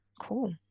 Cool